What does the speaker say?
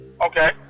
Okay